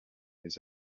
his